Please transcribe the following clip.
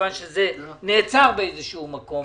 מכיוון שזה נעצר באיזשהו מקום,